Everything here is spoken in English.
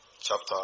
chapter